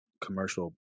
commercial